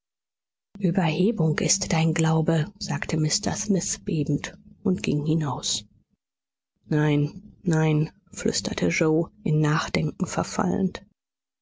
überhebung ist dein glaube sagte mr smith bebend und ging hinaus nein nein flüsterte yoe in nachdenken verfallend